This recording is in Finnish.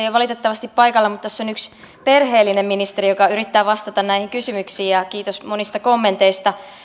ei ole valitettavasti paikalla mutta tässä on yksi perheellinen ministeri joka yrittää vastata näihin kysymyksiin ja kiitos monista kommenteista